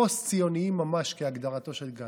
פוסט-ציונים ממש, כהגדרתו של גנץ.